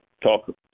talk